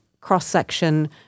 cross-section